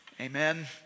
Amen